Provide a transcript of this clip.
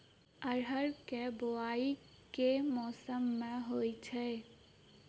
अरहर केँ बोवायी केँ मौसम मे होइ छैय?